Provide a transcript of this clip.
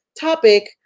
topic